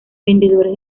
vendedores